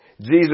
Jesus